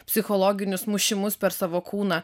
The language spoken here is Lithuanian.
psichologinius mušimus per savo kūną